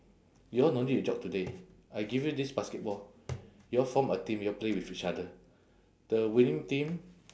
you all no need to jog today I give you this basketball you all form a team you all play with each other the winning team